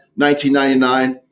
1999